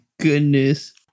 goodness